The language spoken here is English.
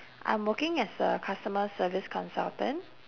I'm working as a customer service consultant